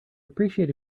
appreciate